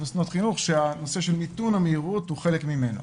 מוסדות חינוך כשהנושא של מיתון המהירות הוא חלק ממנו.